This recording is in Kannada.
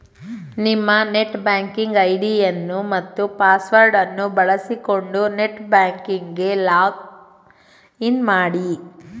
ನಿಮ್ಮ ನೆಟ್ ಬ್ಯಾಂಕಿಂಗ್ ಐಡಿಯನ್ನು ಮತ್ತು ಪಾಸ್ವರ್ಡ್ ಅನ್ನು ಬಳಸಿಕೊಂಡು ನೆಟ್ ಬ್ಯಾಂಕಿಂಗ್ ಗೆ ಲಾಗ್ ಇನ್ ಮಾಡಿ